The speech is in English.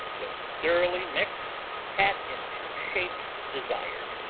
when thoroughly mixed pat into shape desired,